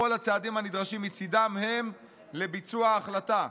בכל הצעדים הנדרשים מצדם הם לביצוע ההחלטה.